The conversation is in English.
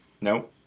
no